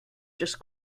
just